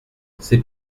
c’est